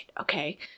okay